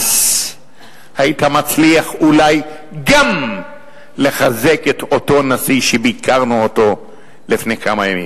אז היית מצליח אולי גם לחזק את אותו נשיא שביקרנו לפני כמה ימים.